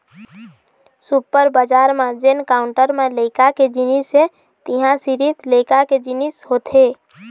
super बजार म जेन काउंटर म लइका के जिनिस हे तिंहा सिरिफ लइका के जिनिस होथे